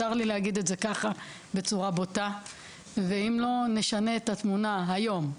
צר לי להגיד את זה ככה בצורה בוטה ואם לא נשנה את התמונה היום,